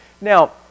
Now